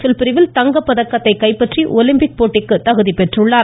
பிள் பிரிவில் பாட்டிக்கத்தை கைப்பற்றி ஒலிம்பிக் போட்டிக்கு தகுதி பெற்றிருக்கிறார்